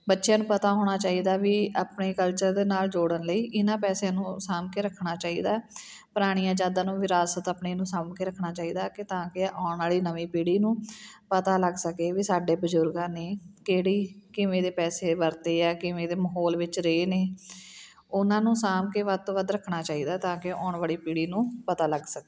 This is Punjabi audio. ਬੱਚਿਆਂ ਨੂੰ ਪਤਾ ਹੋਣਾ ਚਾਹੀਦਾ ਵੀ ਆਪਣੇ ਕਲਚਰ ਦੇ ਨਾਲ ਜੋੜਨ ਲਈ ਇਹਨਾਂ ਪੈਸਿਆਂ ਨੂੰ ਸਾਂਭ ਕੇ ਰੱਖਣਾ ਚਾਹੀਦਾ ਪੁਰਾਣੀਆਂ ਯਾਦਾਂ ਨੂੰ ਵਿਰਾਸਤ ਆਪਣੀ ਨੂੰ ਸਾਂਭ ਕੇ ਰੱਖਣਾ ਚਾਹੀਦਾ ਕਿ ਤਾਂ ਕਿ ਆਉਣ ਵਾਲੀ ਨਵੀਂ ਪੀੜ੍ਹੀ ਨੂੰ ਪਤਾ ਲੱਗ ਸਕੇ ਵੀ ਸਾਡੇ ਬਜ਼ੁਰਗਾਂ ਨੇ ਕਿਹੜੀ ਕਿਵੇਂ ਦੇ ਪੈਸੇ ਵਰਤੇ ਹੈ ਕਿਵੇਂ ਦੇ ਮਾਹੌਲ ਵਿੱਚ ਰਹੇ ਨੇ ਉਹਨਾਂ ਨੂੰ ਸਾਂਭ ਕੇ ਵੱਧ ਤੋਂ ਵੱਧ ਰੱਖਣਾ ਚਾਹੀਦਾ ਤਾਂ ਕਿ ਆਉਣ ਵਾਲੀ ਪੀੜ੍ਹੀ ਨੂੰ ਪਤਾ ਲੱਗ ਸਕੇ